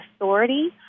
authority